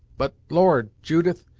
but, lord! judith,